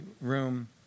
room